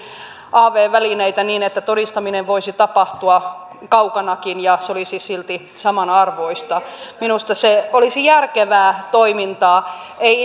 av välineitä niin että todistaminen voisi tapahtua kaukanakin ja se olisi silti samanarvoista minusta se olisi järkevää toimintaa ei